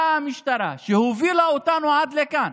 באה המשטרה, שהובילה אותנו עד לכאן.